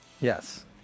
Yes